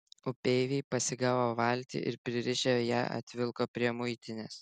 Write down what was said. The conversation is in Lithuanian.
upeiviai pasigavo valtį ir pririšę ją atvilko prie muitinės